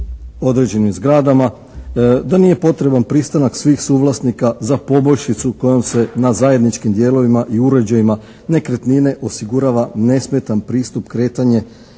određenim zgradama da nije potreban pristanak svih suvlasnika za poboljšicu kojom se na zajedničkim dijelovima i uređajima nekretnine osigurava nesmetan pristup, kretanje